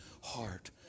heart